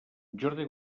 jordi